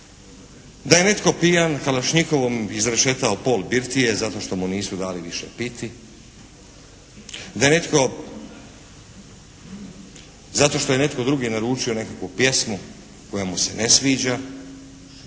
da je netko pijan kalašnjikovom izrešetao pol birtije zato što mu nisu dali više piti, da je netko zato što je netko drugi naručio nekakvu pjesmu koja mu se ne sviđa,